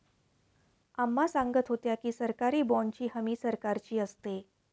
अम्मा सांगत होत्या की, सरकारी बाँडची हमी सरकारची असते